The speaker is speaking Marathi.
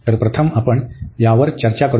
तर प्रथम आपण यावर चर्चा करूया